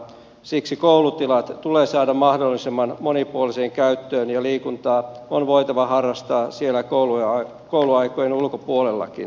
siksi koulutilat tulee saada mahdollisimman monipuoliseen käyttöön ja liikuntaa on voitava harrastaa siellä kouluaikojen ulkopuolellakin